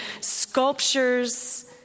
sculptures